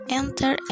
enter